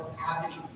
happening